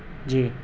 جی